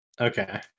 Okay